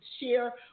share